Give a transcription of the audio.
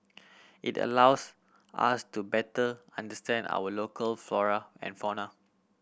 it allows us to better understand our local flora and fauna